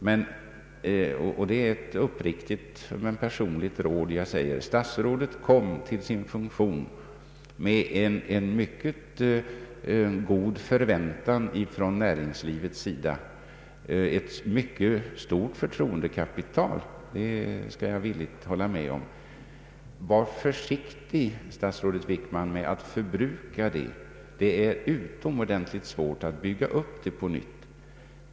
Jag vill ge ett uppriktigt och personligt råd och säga: Statsrådet kom till sin funktion med en mycket god förväntan från näringslivets sida, ett mycket stort förtroendekapital, det kan jag villigt hålla med om. Var försiktig, statsrådet Wickman, med att förbruka det! Det är utomordentligt svårt att bygga upp det på nytt.